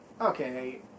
okay